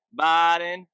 Biden